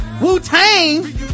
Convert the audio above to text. Wu-Tang